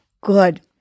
Good